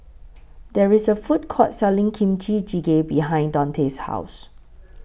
There IS A Food Court Selling Kimchi Jjigae behind Daunte's House